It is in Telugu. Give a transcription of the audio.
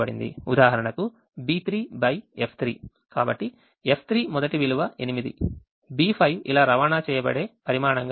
ఉదాహరణకు B3 x F3 కాబట్టి F3 మొదటి విలువ 8 B5 ఇలా రవాణా చేయబడే పరిమాణంగా ఉంది